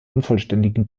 unvollständigen